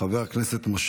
חבר הכנסת ניסים ואטורי,